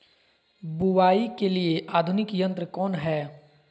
बुवाई के लिए आधुनिक यंत्र कौन हैय?